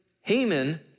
Haman